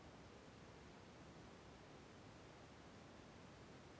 ಬೇರೆಯವರ ದುಡ್ಡನ್ನು ನನ್ನ ಖಾತೆಗೆ ಹೇಗೆ ಸೇರಿಸಬೇಕು?